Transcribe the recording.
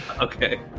Okay